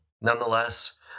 Nonetheless